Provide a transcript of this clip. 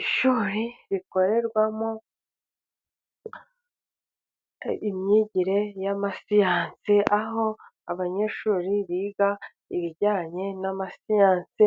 Ishuri rikorerwamo imyigire y'amasiyansi, aho abanyeshuri biga ibijyanye n'amasiyansi